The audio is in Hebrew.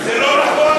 זה לא נכון.